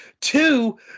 two